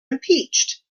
impeached